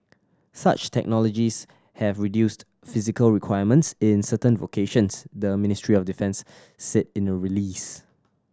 such technologies have reduced physical requirements in certain vocations the Ministry of Defence said in a release